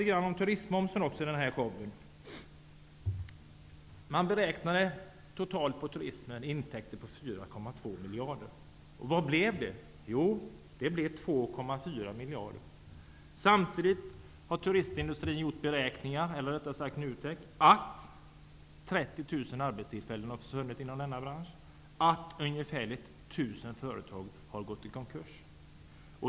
Jag skall i den här showen också tala litet grand om turistmomsen. Men beräknade intäkten på turismen totalt till 4,2 miljarder. Vad blev den? Jo, 2,4 miljarder. Samtidigt har NUTEK gjort beräkningar som visar att 30 000 anställda måste söka sig till en annan bransch och att ungefär 1 000 företag har gått i konkurs.